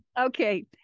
okay